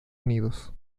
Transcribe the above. unidos